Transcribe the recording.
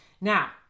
Now